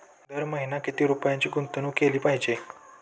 दर महिना किती रुपयांची गुंतवणूक केली पाहिजे?